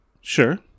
Sure